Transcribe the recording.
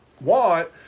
want